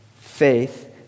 faith